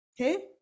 okay